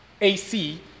AC